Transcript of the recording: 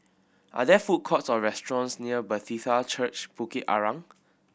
are there food courts or restaurants near Bethesda Church Bukit Arang